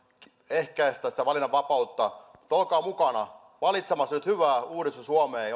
ehkäistä sitä valinnanvapautta mukana valitsemassa nyt hyvää uudistusta suomeen